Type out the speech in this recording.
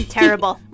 Terrible